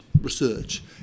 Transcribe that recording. research